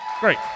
Great